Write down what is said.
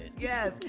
yes